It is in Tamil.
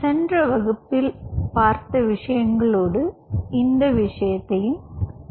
எனவே சென்ற வகுப்பில் பார்த்ததோடு தொடர்கிறோம்